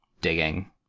digging